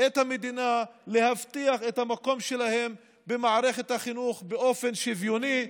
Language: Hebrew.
את המדינה להבטיח את המקום שלהם במערכת החינוך באופן שוויוני.